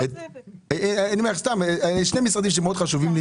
--- שני משרדים חשובים לי,